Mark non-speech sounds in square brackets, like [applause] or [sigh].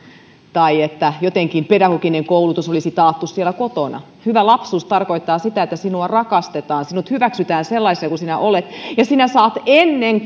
tai että pedagoginen koulutus olisi jotenkin taattu siellä kotona hyvä lapsuus tarkoittaa sitä että sinua rakastetaan että sinut hyväksytään sellaisena kuin sinä olet ja että sinä saat ennen [unintelligible]